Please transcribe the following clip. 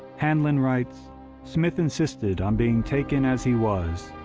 handlin writes smith insisted on being taken as he was,